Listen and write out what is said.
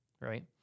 right